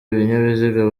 ibinyabiziga